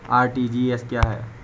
RTGS क्या है?